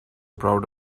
proud